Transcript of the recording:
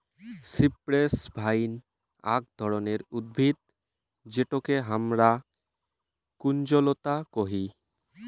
cypress vine আক ধরণের উদ্ভিদ যেটোকে হামরা কুঞ্জলতা কোহি